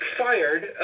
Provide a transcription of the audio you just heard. fired